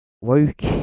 Woke